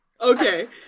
Okay